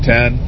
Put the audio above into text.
Ten